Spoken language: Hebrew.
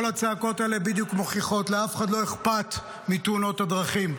כל הצעקות האלה בדיוק מוכיחות שלאף אחד לא אכפת מתאונות הדרכים.